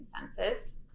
consensus